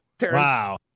wow